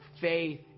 faith